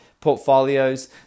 portfolios